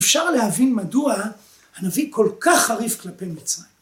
‫אפשר להבין מדוע הנביא ‫כל כך חריף כלפי מצרים.